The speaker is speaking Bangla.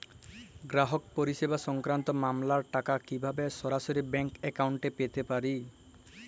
গ্রাহক পরিষেবা সংক্রান্ত মামলার টাকা কীভাবে সরাসরি ব্যাংক অ্যাকাউন্টে পেতে পারি?